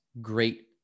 great